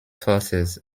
forces